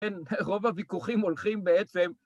כן, רוב הוויכוחים הולכים בעצם...